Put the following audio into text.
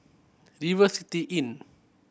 River City Inn